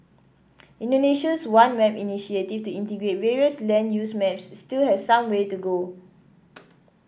Indonesia's One Map initiative to integrate various land use maps still has some way to go